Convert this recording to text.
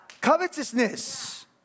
Covetousness